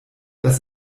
das